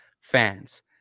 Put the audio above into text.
fans